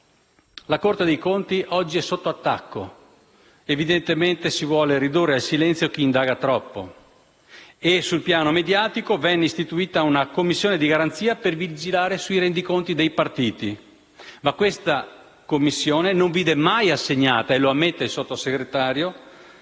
la Corte dei conti oggi è sotto attacco. Evidentemente si vuole ridurre al silenzio chi indaga troppo e sul piano mediatico venne istituita una Commissione di garanzia per vigilare sui rendiconti dei partiti. Ma questa Commissione non vide mai assegnata - e lo ammette il Sottosegretario